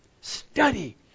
Study